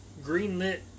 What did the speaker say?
greenlit